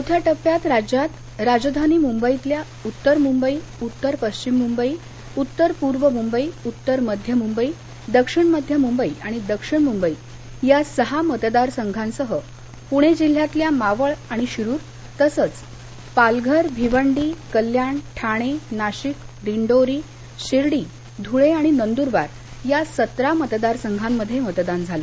चौथ्या टप्प्यात राज्यात राजधानी मुंबईतल्या उत्तर मुंबई उत्तर पश्चिम मुंबई उत्तर पूर्व मुंबई उत्तर मध्य मुंबई दक्षिण मध्य मुंबई आणि दक्षिण मुंबई या सहा मतदार संघांसह पूणे जिल्ह्यातल्या मावळ आणि शिरूर तसंच पालघर भिवंडी कल्याण ठाणे नाशिक दिंडोरी शिर्डी धुळे आणि नंदुरबार या सतरा मतदार संघांमध्ये मतदान झालं